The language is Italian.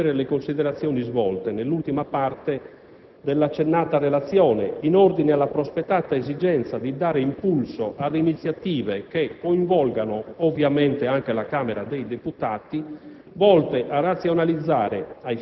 Per il resto, si possono condividere le considerazioni svolte nell'ultima parte dell'accennata relazione, in ordine alla prospettata esigenza di dare impulso ad iniziative che coinvolgano, ovviamente, anche la Camera dei deputati,